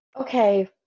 Okay